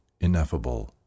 ineffable